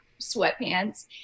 sweatpants